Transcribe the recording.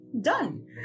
done